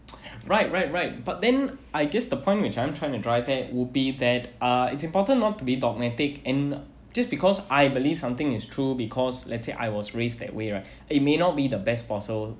right right right but then I guess the point which I'm trying to drive at would be that uh it's important not to be dogmatic and just because I believe something is true because let's say I was raised that way right it may not be the best possibl~